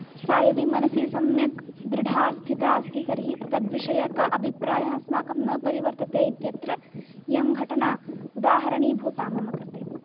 सा यदि मनसि सम्यक् दृढा स्थिता अस्ति तर्हि तद्विषयक अभिप्रायः अस्माकं न परिवर्त्यते इत्यत्र इयं घटना उदाहरणीभूता मम कृते